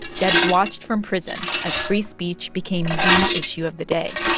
debs watched from prison as free speech became the issue of the day.